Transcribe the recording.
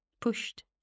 pushed